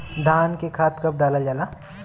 धान में खाद कब डालल जाला?